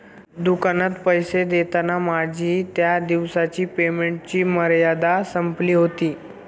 दुकानात पैसे देताना माझी त्या दिवसाची पेमेंटची मर्यादा संपली होती